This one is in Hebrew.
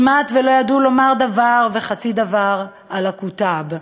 כמעט לא ידעו לומר דבר וחצי דבר על הכותאב,